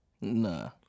Nah